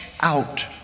out